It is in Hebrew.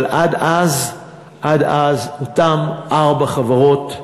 אבל עד אז אותן ארבע חברות,